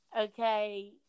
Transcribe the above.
okay